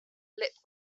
lip